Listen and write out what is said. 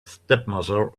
stepmother